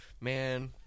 man